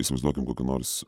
įsivaizduokim kokio nors